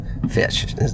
fish